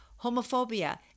homophobia